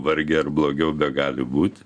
varge ar blogiau begali būt